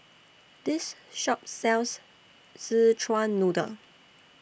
This Shop sells Szechuan Noodle